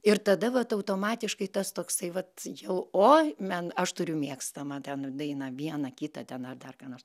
ir tada vat automatiškai tas toksai vat jau o men aš turiu mėgstamą ten dainą vieną kitą ten ar dar ką nors